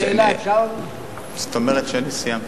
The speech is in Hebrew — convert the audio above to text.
זאת אומרת שאני סיימתי.